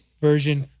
version